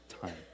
time